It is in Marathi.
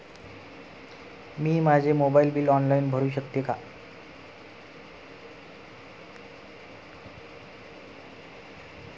मी माझे मोबाइल बिल ऑनलाइन भरू शकते का?